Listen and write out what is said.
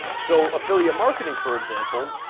so, affiliate marketing for example,